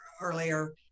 earlier